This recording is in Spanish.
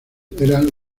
eran